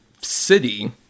city